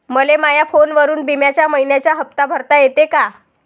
मले माया फोनवरून बिम्याचा मइन्याचा हप्ता भरता येते का?